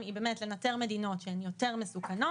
היא באמת לנטר מדינות שהן יותר מסוכנות,